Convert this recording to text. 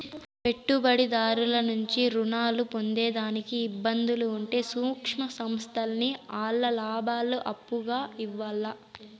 పెట్టుబడిదారుల నుంచి రుణాలు పొందేదానికి ఇబ్బందులు ఉంటే సూక్ష్మ సంస్థల్కి ఆల్ల లాబాలు అప్పుగా ఇయ్యాల్ల